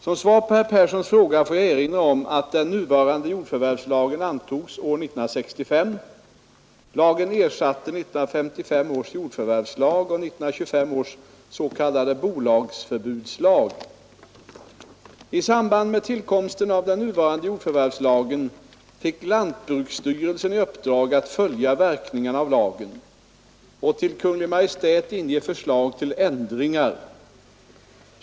Som svar på herr Perssons fråga får jag erinra om att den nuvarande jordförvärvslagen antogs år 1965. Lagen ersatte 1955 års jordförvärvslag och 1925 års s.k. bolagsförbudslag. I samband med tillkomsten av den nuvarande jordförvärvslagen fick lantbruksstyrelsen i uppdrag att följa verkningarna av lagen och till Kungl. Maj:t inge förslag till ändringar.